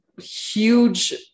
huge